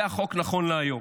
זה החוק נכון להיום.